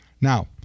now